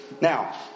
Now